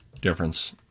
difference